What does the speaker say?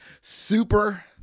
super